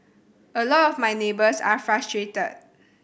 a lot of my neighbours are frustrated